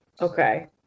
Okay